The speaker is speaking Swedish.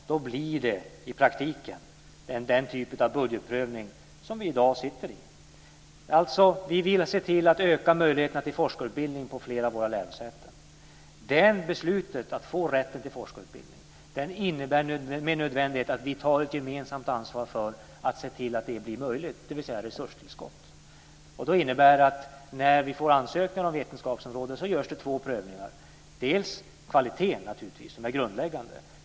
Då blir det i praktiken den typ av budgetprövning som vi i dag sitter i. Vi vill alltså se till att öka möjligheterna till forskarutbildning vid flera av våra lärosäten. Det beslutet, att ge rätten till forskarutbildning, innebär med nödvändighet att vi tar ett gemensamt ansvar för att se till att detta blir möjligt, dvs. att vi ger resurstillskott. Då innebär det att när vi får ansökningar om vetenskapsområden görs det två prövningar. Dels handlar det naturligtvis om kvalitet, som är grundläggande.